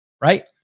right